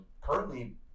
currently